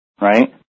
right